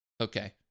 Okay